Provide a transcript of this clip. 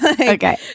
Okay